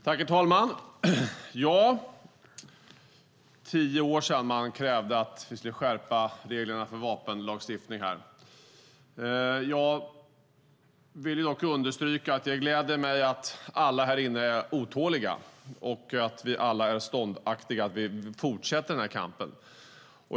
Herr talman! Det är tio år sedan man krävde att vi skulle skärpa vapenlagstiftningen. Jag vill dock understryka att det gläder mig att alla här inne är otåliga, att vi alla är ståndaktiga och att vi fortsätter den här kampen.